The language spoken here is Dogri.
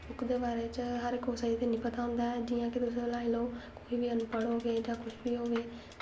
ओह्दै बारे च हर कुसे गी ते निं पता होंदा ऐ जि'यां तुस लाई लैओ कोई बी अनपढ़ होऐ जां कुछ बी होऐ